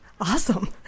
Awesome